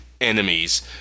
Enemies